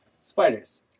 spiders